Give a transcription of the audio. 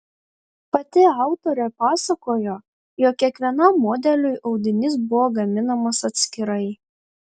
pati autorė pasakojo jog kiekvienam modeliui audinys buvo gaminamas atskirai